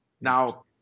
Now